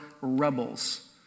rebels